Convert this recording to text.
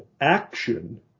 action